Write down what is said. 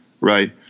right